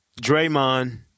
Draymond